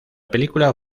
película